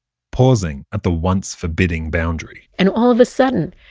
pausing at the once-forbidding boundary and all of a sudden,